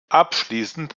abschließend